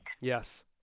yes